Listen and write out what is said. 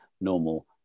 normal